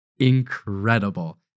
incredible